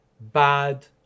bad